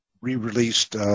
re-released